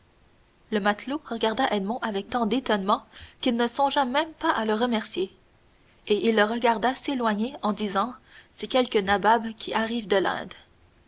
le matelot regarda edmond avec tant d'étonnement qu'il ne songea même pas à le remercier et il le regarda s'éloigner en disant c'est quelque nabab qui arrive de l'inde